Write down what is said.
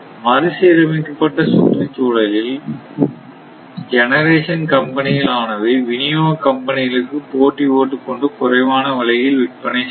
மறுசீரமைக்கப்பட்ட சுற்றுச்சூழலில் ஜெனரேஷன் கம்பெனிகள் ஆனவை வினியோக கம்பெனிகளுக்கு போட்டி போட்டுக்கொண்டு குறைவான விலையில் விற்பனை செய்யும்